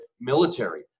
military